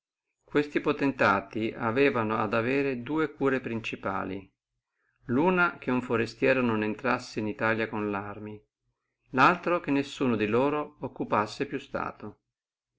questi potentati avevano ad avere dua cure principali luna che uno forestiero non entrassi in italia con le arme laltra che veruno di loro occupassi più stato